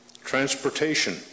Transportation